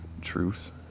truth